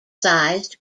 sized